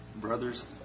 brothers